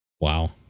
Wow